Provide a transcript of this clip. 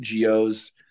GOs